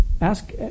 ask